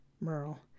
merle